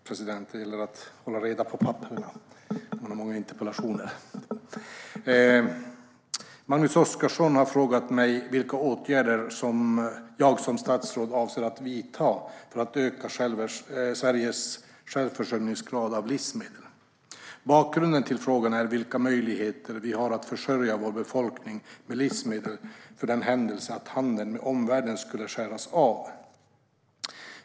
Fru ålderspresident! Magnus Oscarsson har frågat mig vilka åtgärder jag som statsråd avser att vidta för att öka Sveriges självförsörjningsgrad av livsmedel. Bakgrunden till frågan är vilka möjligheter vi har att försörja vår befolkning med livsmedel för den händelse att handeln med omvärlden skulle skäras av.